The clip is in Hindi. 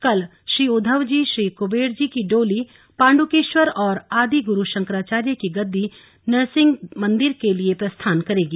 कल श्री उद्घव जी श्री कुबेर जी की डोली पांडुकेश्वर और आदि गुरू शंकराचार्य की गद्दी नृसिंह मंदिर के लिए प्रस्थान करेगी